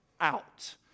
out